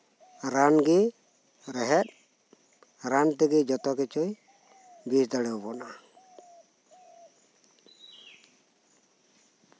ᱨᱟᱱ ᱜᱮ ᱨᱮᱦᱮᱫ ᱨᱟᱱ ᱛᱮᱜᱮ ᱡᱚᱛᱚ ᱠᱤᱪᱷᱩᱭ ᱵᱮᱥ ᱫᱟᱲᱮᱣᱟᱵᱚᱱᱟ